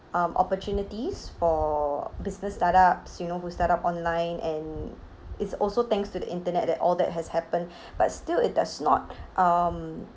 um opportunities for business startups you know who startup online and it's also thanks to the internet that all that has happened but still it does not um